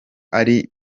ari